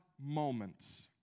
moments